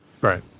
right